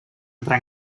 entrà